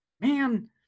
Man